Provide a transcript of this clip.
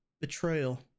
betrayal